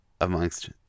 amongst